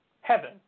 heaven